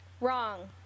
Wrong